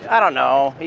i don't know,